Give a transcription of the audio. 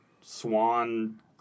swan